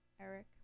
Eric